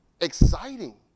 exciting